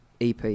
EP